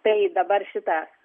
tai dabar šitas